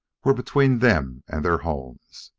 were between them and their homes.